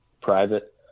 private